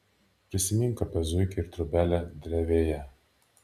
prisimink apie zuikį ir trobelę drevėje